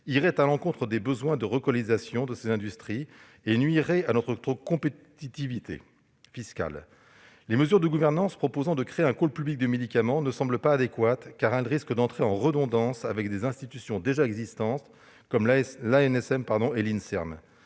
irait à l'encontre des besoins de relocalisation de ces industries et nuirait à notre compétitivité fiscale. Quant aux mesures de gouvernance visant à créer un pôle public du médicament, elles ne semblent pas adéquates, car elles risquent d'entrer en redondance avec des institutions déjà existantes comme l'ANSM et l'Inserm,